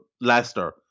Leicester